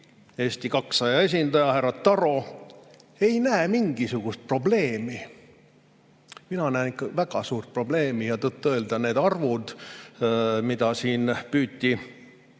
Eesti 200 esindaja härra Taro ei näe mingisugust probleemi! Mina näen ikka väga suurt probleemi. Tõtt-öelda need arvud, mida siin püüti